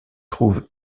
trouve